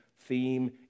theme